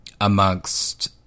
amongst